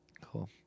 Cool